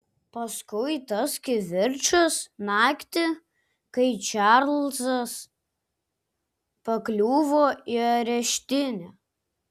paskui tas kivirčas naktį kai čarlzas pakliuvo į areštinę